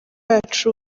yacu